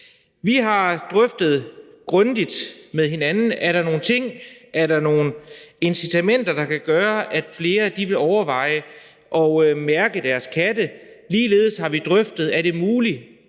Vi har drøftet det grundigt med hinanden, om der er nogle incitamenter, der kan gøre, at flere vil overveje at mærke deres katte. Vi har ligeledes drøftet, om det er muligt